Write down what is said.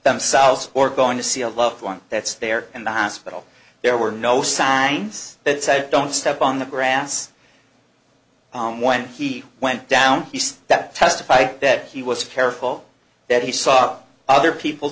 themselves or going to see a loved one that's there in the hospital there were no signs that said don't step on the grass when he went down he said that testified that he was careful that he saw other people